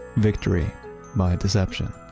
victory by deception.